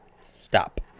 stop